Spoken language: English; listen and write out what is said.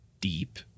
deep